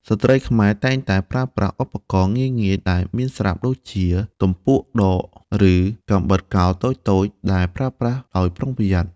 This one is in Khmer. ស្ត្រីខ្មែរតែងតែប្រើប្រាស់ឧបករណ៍ងាយៗដែលមានស្រាប់ដូចជា ទំពក់ដក ឬកាំបិតកោរតូចៗ (ដែលប្រើប្រាស់ដោយប្រុងប្រយ័ត្ន)។